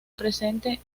presente